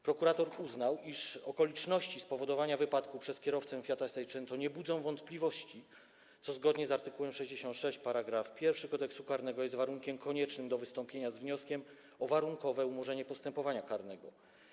Prokurator uznał, iż okoliczności spowodowania wypadku przez kierowcę fiata seicento nie budzą wątpliwości, co zgodnie z art. 66 § 1 Kodeksu karnego jest warunkiem koniecznym do wystąpienia z wnioskiem o warunkowe umorzenie postępowania karnego.